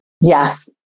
Yes